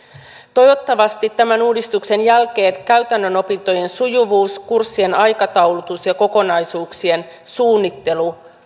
toivottavasti tämän uudistuksen jälkeen käytännön opintojen sujuvuus kurssien aikataulutus ja kokonaisuuksien suunnittelu